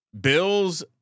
Bills